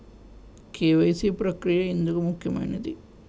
KYC ప్రక్రియ ఎందుకు ముఖ్యమైనది?